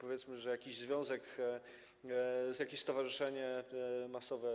Powiedzmy, że jakiś związek, jakieś stowarzyszenie masowe.